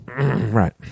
Right